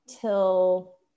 till